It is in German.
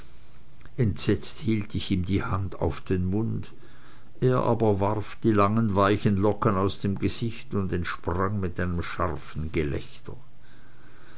entsetzt hielt ich ihm die hand auf den mund er aber warf die langen weichen locken aus dem gesicht und entsprang mit einem scharfen gelächter